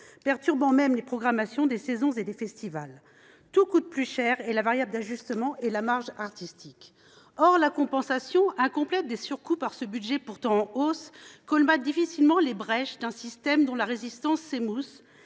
perturber les programmations des saisons et des festivals. Tout coûte plus cher et la variable d’ajustement réside dans la marge artistique. Or la compensation incomplète, par ce budget pourtant en hausse, des surcoûts subis colmate difficilement les brèches d’un système dont la résistance s’émousse,